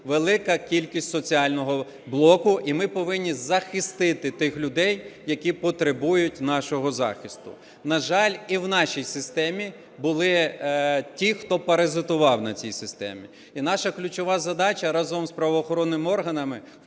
велика кількість соціального блоку, і ми повинні захистити тих людей, які потребують нашого захисту. На жаль, і в нашій системі були ті, хто паразитував на цій системі. І наша ключова задача разом з правоохоронними органами в